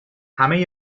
همه